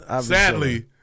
Sadly